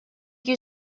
you